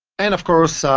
and of course, ah